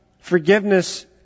forgiveness